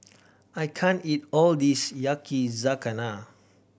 I can't eat all this Yakizakana